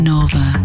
Nova